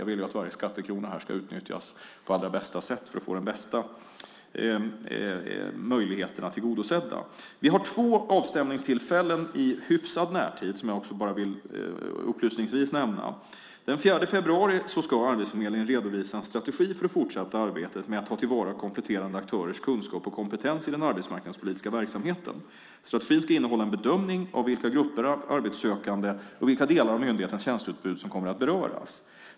Jag vill ju att varje skattekrona ska utnyttjas på allra bästa sätt för att man ska få det bästa möjliga tillgodosett. Vi har två avstämningstillfällen i hyfsad närtid, som jag upplysningsvis vill nämna. Den 4 februari ska arbetsförmedlingen redovisa en strategi för det fortsatta arbetet med att ta till vara kompletterande aktörers kunskap och kompetens i den arbetsmarknadspolitiska verksamheten. Strategin ska innehålla en bedömning av vilka grupper av arbetssökande och vilka delar av myndigheternas tjänsteutbud som kommer att beröras.